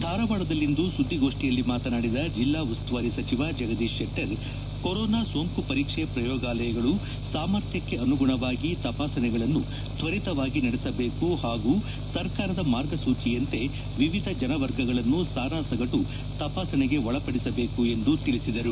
ಧಾರವಾಡದಲ್ಲಿಂದು ಸುದ್ದಿಗೋಷ್ಠಿಯಲ್ಲಿ ಮಾತನಾಡಿದ ಜಿಲ್ಲಾ ಉಸ್ತುವಾರಿ ಸಚಿವ ಜಗದೀಶ್ ಶೆಟ್ಟರ್ ಕೊರೊನಾ ಸೋಂಕು ಪರೀಕ್ಷೆ ಪ್ರಯೋಗಾಲಯಗಳು ಸಾಮರ್ಥ್ಯಕ್ಕೆ ಅನುಗುಣವಾಗಿ ತಪಾಸಣೆಗಳನ್ನು ತ್ವರಿತವಾಗಿ ನಡೆಸಬೇಕು ಹಾಗೂ ಸರ್ಕಾರದ ಮಾರ್ಗಸೂಚಿಯಂತೆ ವಿವಿಧ ಜನವರ್ಗಗಳನ್ನು ಸಾರಾಸಗಟು ತಪಾಸಣೆಗೆ ಒಳಪಡಿಸಬೇಕು ಎಂದು ತಿಳಿಸಿದರು